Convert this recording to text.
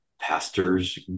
pastors